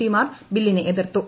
P മാർ ബില്ലിനെ എതിർത്തു